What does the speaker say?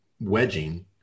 wedging